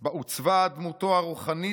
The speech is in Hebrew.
בה עוצבה דמותו הרוחנית,